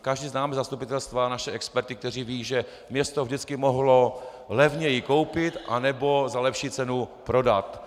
Každý známe zastupitelstva, naše experty, kteří vědí, že město vždycky mohlo levněji koupit nebo za lepší cenu prodat.